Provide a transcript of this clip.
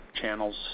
channels